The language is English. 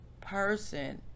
person